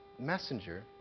Messenger